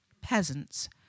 peasants